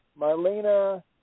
Marlena